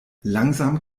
langsam